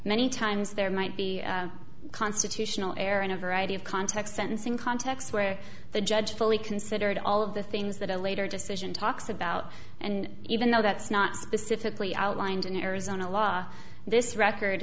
many times there might be constitutional error in a variety of context sentencing contexts where the judge fully considered all of the things that a later decision talks about and even though that's not specifically outlined in arizona law this record